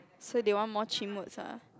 so they want more chim words ah